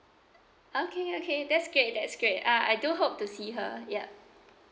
okay okay that's great that's great uh I do hope to see her ya